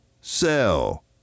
sell